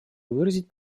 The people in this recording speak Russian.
выразить